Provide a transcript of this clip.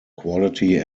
quality